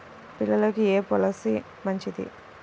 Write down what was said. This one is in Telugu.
పిల్లలకు ఏ పొలసీ మంచిది?